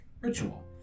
Ritual